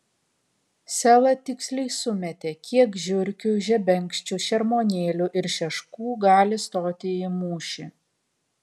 sela tiksliai sumetė kiek žiurkių žebenkščių šermuonėlių ir šeškų gali stoti į mūšį